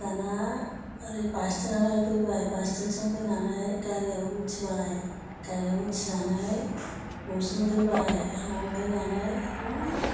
दाना ओरै बासथेनालागै फैबाय बासथेनथिं फैनानै गारियाव उथिबाय गारियाव उथिनानै न'सिम फैबाय न'वाव फैनानै